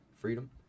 freedom